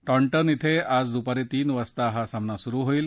Taunton ॐ आज दुपारी तीन वाजता हा सामना सुरु होईल